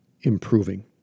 improving